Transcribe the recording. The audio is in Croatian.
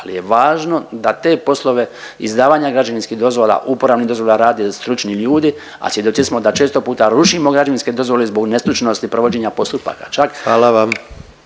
ali je važno da te poslove izdavanja građevinskih dozvola, uporabnih dozvola rade stručni ljudi, a svjedoci smo da često puta rušimo građevinske dozvole zbog nestručnosti provođenja postupaka, čak…